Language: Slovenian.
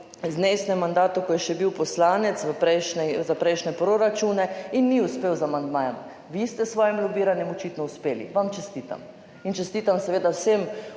boril v mandatu, ko je še bil poslanec, za prejšnje proračune in ni uspel z amandmajem. Vi ste s svojim lobiranjem očitno uspeli. Vam čestitam. In čestitam seveda vsem